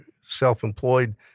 self-employed